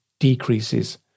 decreases